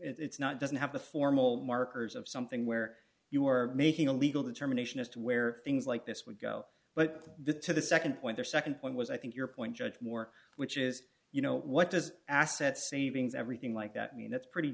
it's not doesn't have the formal markers of something where you were making a legal determination as to where things like this would go but the to the nd when their nd one was i think your point judge moore which is you know what does asset savings everything like that mean that's pretty